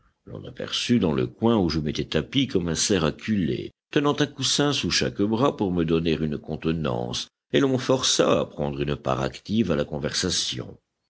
m'aperçut dans le coin où je m'étais tapi comme un cerf acculé tenant un coussin sous chaque bras pour me donner une contenance et l'on me força à prendre une part active à la conversation